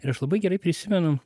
ir aš labai gerai prisimenu